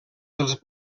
dels